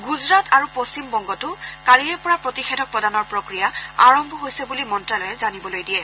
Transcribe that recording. গুজৰাট আৰু পশ্চিমবংগতো কালিৰে পৰা প্ৰতিষেধক প্ৰদানৰ প্ৰক্ৰিয়া আৰম্ভ হৈছে বুলি মন্ত্যালয়ে জানিবলৈ দিয়ে